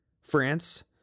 France